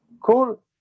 cool